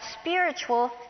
spiritual